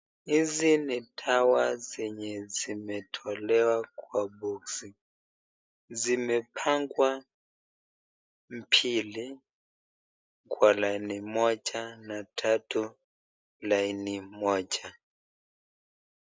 Hizi ni dawa zenye zimetolewa kwa boxsi. Zimepangwa mbili kwa laini moja na tatu laini moja.